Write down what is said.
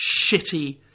shitty